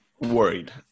worried